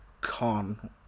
Con